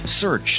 search